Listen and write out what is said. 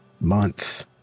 month